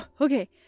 Okay